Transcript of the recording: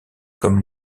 comme